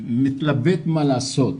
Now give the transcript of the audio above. מתלבט מה לעשות,